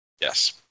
Yes